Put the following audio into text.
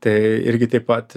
tai irgi taip pat